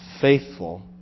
faithful